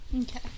Okay